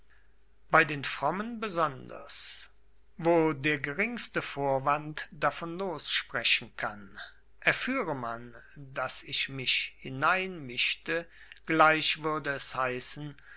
bei den frommen besonders wo der geringste vorwand davon lossprechen kann erführe man daß ich mich hineinmischte gleich würde es heißen